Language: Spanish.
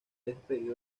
despedido